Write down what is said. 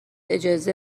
اجازه